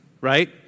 Right